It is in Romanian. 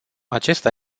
acesta